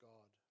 God